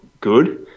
good